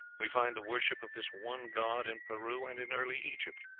we find the worship of this one god in peru and in early egypt.